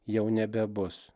jau nebebus